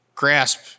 grasp